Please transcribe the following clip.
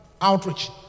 outreach